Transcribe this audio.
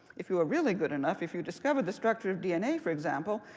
if you were really good enough, if you discovered the structure of dna, for example,